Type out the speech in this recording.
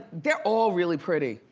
they're all really pretty.